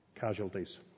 casualties